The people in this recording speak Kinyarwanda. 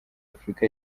afurika